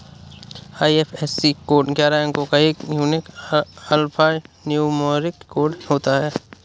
IFSC code ग्यारह अंको का एक यूनिक अल्फान्यूमैरिक कोड होता है